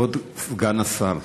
כבוד סגן השר,